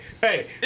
hey